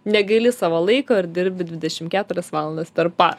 negaili savo laiko ir dirbi dvidešim keturias valandas per parą